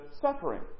suffering